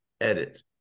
edit